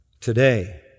today